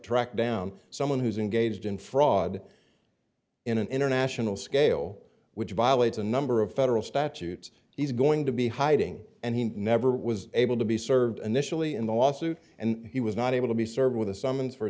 track down someone who's engaged in fraud in an international scale which violates a number of federal statutes he's going to be hiding and he never was able to be served initially in the lawsuit and he was not able to be served with a summons for a